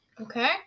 Okay